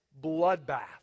bloodbath